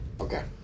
Okay